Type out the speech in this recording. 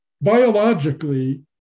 Biologically